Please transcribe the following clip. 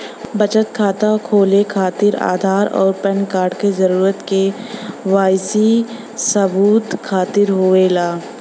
बचत खाता खोले खातिर आधार और पैनकार्ड क जरूरत के वाइ सी सबूत खातिर होवेला